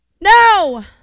No